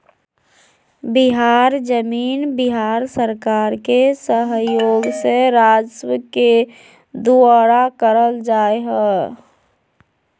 बिहार जमीन बिहार सरकार के सहइोग से राजस्व के दुऔरा करल जा हइ